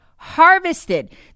harvested